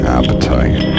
appetite